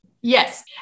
Yes